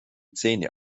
zähne